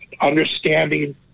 understanding